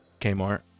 Kmart